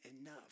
enough